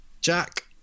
Jack